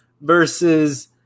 versus